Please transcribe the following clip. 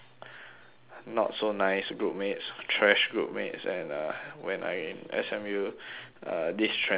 not so nice groupmates trash groupmates and uh when I in S_M_U uh this trend follows me